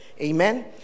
Amen